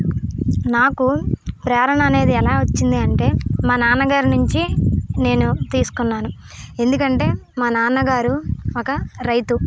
నాకు ప్రేరణ అనేది ఎలా వచ్చింది అంటే మా నాన్నగారి నుంచి నేను తీసుకున్నాను ఎందుకంటే మా నాన్నగారు ఒక రైతు